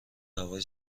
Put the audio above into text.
هوای